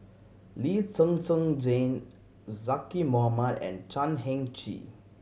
Lee Zhen Zhen Jane Zaqy Mohamad and Chan Heng Chee